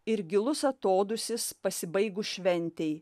ir gilus atodūsis pasibaigus šventei